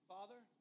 Father